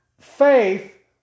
faith